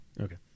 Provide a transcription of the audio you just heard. okay